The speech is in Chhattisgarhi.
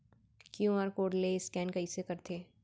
क्यू.आर कोड ले स्कैन कइसे करथे?